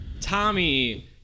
Tommy